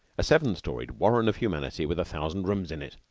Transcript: a seven-storied warren of humanity with a thousand rooms in it.